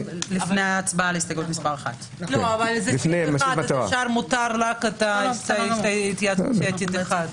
לפני ההצבעה על הסתייגות מס' 1. מותר רק התייעצות סיעתית אחת.